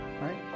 right